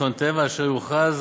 אסון טבע אשר יוכרז